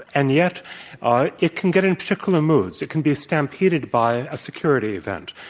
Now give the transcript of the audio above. and yet ah it can get into particular moods. it can be stampeded by a security event,